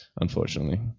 unfortunately